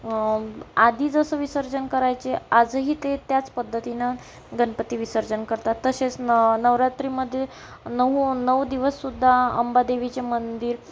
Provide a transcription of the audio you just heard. आधी जसं विसर्जन करायचे आजही ते त्याच पद्धतीनं गणपती विसर्जन करतात तसेच नवरात्रीमध्ये नऊ नऊ दिवससुद्धा अंबादेवीचे मंदिर